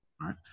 right